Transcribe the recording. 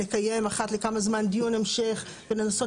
לקיים אחת לכמה זמן דיון המשך ולנסות